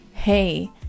Hey